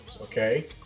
okay